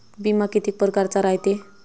बिमा कितीक परकारचा रायते?